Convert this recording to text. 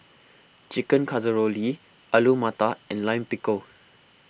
Chicken Casserole Li Alu Matar and Lime Pickle